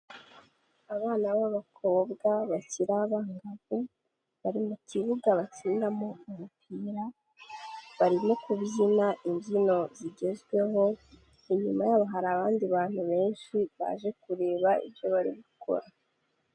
Abana b'abakobwa bakiri abangavu, bari mu kibuga bakinairamo umupira, barimo kubyina imbyino zigezweho, inyuma yabo hari abandi bantu benshi baje kureba ibyo bari gukora.